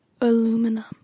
aluminum